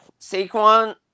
Saquon